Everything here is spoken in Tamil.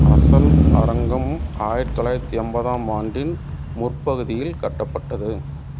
அசல் அரங்கம் ஆயிரத்து தொள்ளாயிரத்தி எண்பதாம் ஆண்டின் முற்பகுதியில் கட்டப்பட்டது